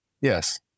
Yes